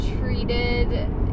treated